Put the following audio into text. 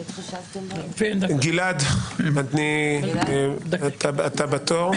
גלעד, אתה בתור.